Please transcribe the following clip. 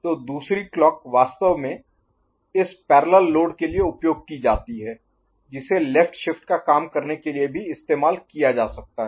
तो दूसरी क्लॉक वास्तव में इस पैरेलल लोड के लिए उपयोग की जाती है जिसे लेफ्ट शिफ्ट का काम करने के लिए भी इस्तेमाल किया जा सकता है